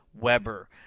Weber